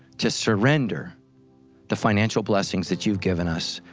to surrender the financial blessings that you've given us,